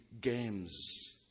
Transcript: games